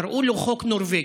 קראו לו חוק נורבגי.